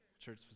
church